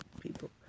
people